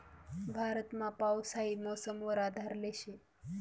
भारतमा पाऊस हाई मौसम वर आधारले शे